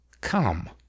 come